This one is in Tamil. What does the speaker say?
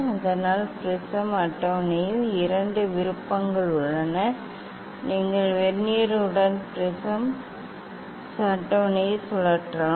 அதனால் ப்ரிஸம் அட்டவணையில் இரண்டு விருப்பங்கள் உள்ளன நீங்கள் வெர்னியருடன் ப்ரிஸம் அட்டவணையை சுழற்றலாம்